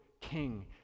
King